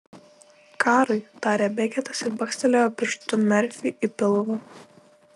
karui tarė beketas ir bakstelėjo pirštu merfiui į pilvą